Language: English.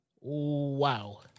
Wow